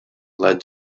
led